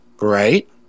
Right